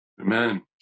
Amen